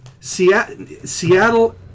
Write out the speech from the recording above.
Seattle